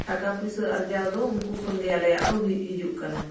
ᱴᱟᱠᱟ ᱯᱚᱭᱥᱟ ᱟᱨᱡᱟᱣ ᱫᱚ ᱩᱱᱠᱩ ᱠᱷᱚᱱ ᱜᱮ ᱟᱞᱮᱭᱟᱜ ᱫᱚ ᱦᱩᱭ ᱦᱤᱡᱩᱜ ᱠᱟᱱᱟ